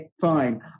fine